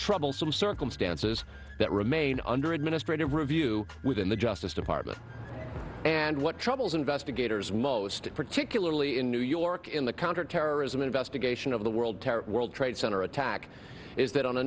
troublesome circumstances that remain under administrative review within the justice department and what troubles investigators most particularly in new york in the counterterrorism investigation of the world terror world trade center attack is that on a